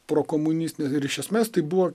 prokomunistinės ir iš esmės tai buvo